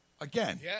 Again